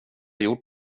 gjort